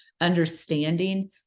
understanding